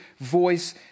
voice